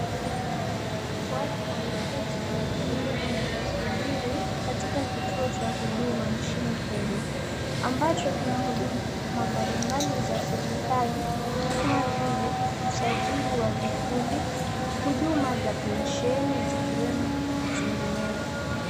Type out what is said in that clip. Watu wameketi kwenye sehemu ya kusubiria katika kituo cha huduma nchini Kenya ambacho kinahuduma mbalimbali za serekali kama vile; usajili wa vikundi, huduma za pensheni zikiwemo zenginezo.